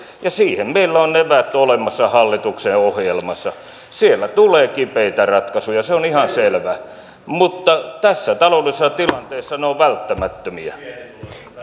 ja siihen meillä on eväät olemassa hallituksen ohjelmassa siellä tulee kipeitä ratkaisuja se on ihan selvä mutta tässä taloudellisessa tilanteessa ne ovat välttämättömiä